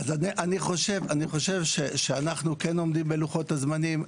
אני חושב שאנחנו כן עומדים בלוחות הזמנים,